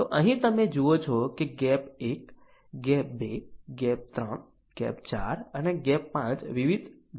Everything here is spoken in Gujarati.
તો અહીં તમે જુઓ છો કે ગેપ 1 ગેપ 2 ગેપ 3 ગેપ 4 અને ગેપ 5 જેવા વિવિધ ગેપ છે